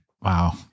wow